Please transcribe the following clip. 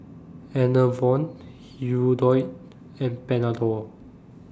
Enervon Hirudoid and Panadol